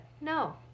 No